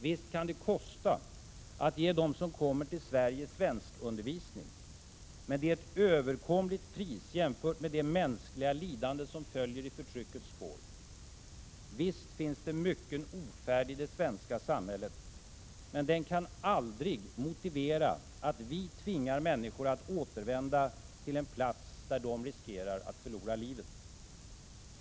Visst kan det kosta att ge dem som kommer till Sverige svenskundervisning, men det är ett överkomligt pris jämfört med det mänskliga lidande som följer i förtryckets spår. Visst finns det mycken ofärd i det svenska samhället, men den kan aldrig motivera att vi tvingar människor att återvända till en plats där de riskerar att förlora livet.